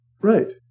Right